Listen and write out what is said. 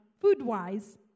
food-wise